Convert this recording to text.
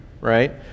right